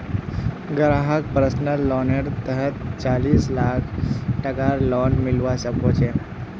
ग्राहकक पर्सनल लोनेर तहतत चालीस लाख टकार लोन मिलवा सके छै